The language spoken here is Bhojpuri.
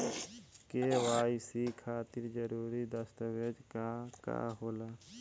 के.वाइ.सी खातिर जरूरी दस्तावेज का का होला?